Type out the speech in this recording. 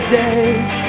days